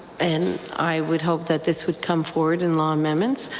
and i would hope that this would come forward in law amendments.